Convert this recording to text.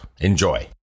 Enjoy